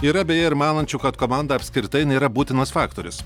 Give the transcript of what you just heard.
yra beje ir manančių kad komanda apskritai nėra būtinas faktorius